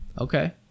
Okay